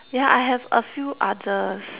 yeah I have a few others